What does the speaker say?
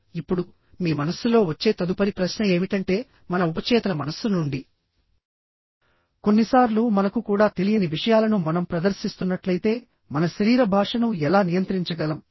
ఇప్పుడు మీ మనస్సులో వచ్చే తదుపరి ప్రశ్న ఏమిటంటేమన ఉపచేతన మనస్సు నుండి కొన్నిసార్లు మనకు కూడా తెలియని విషయాలను మనం ప్రదర్శిస్తున్నట్లయితే మన శరీర భాషను ఎలా నియంత్రించగలం